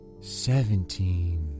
seventeen